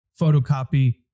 photocopy